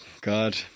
God